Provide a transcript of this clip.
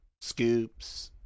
scoops